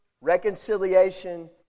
reconciliation